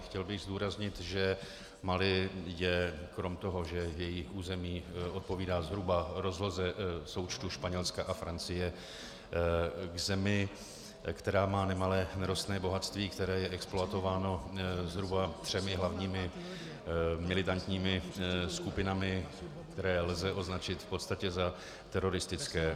Chtěl bych zdůraznit, že Mali je krom toho, že jeho území odpovídá zhruba rozloze součtu Španělska a Francie, zemí, která má nemalé nerostné bohatství, které je exploatováno zhruba třemi hlavními militantními skupinami, které lze označit v podstatě za teroristické.